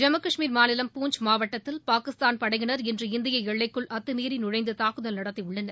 ஜம்மு கஷ்மீர் மாநிலம் பூஞ்ச் மாவட்டத்தில் பாகிஸ்தான் படையினர் இன்று இந்திய எல்லைக்குள் அத்துமீறி நுழைந்து தாக்குதல் நடத்தியுள்ளனர்